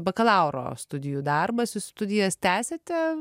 bakalauro studijų darbas jūs studijas tęsėte